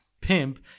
pimp